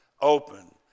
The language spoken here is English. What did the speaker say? open